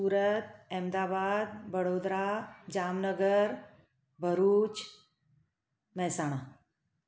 Surat Ahmedabad Vadodara Jamnagar Bharuch Mehsana